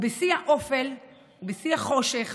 ובשיא האופל ובשיא החושך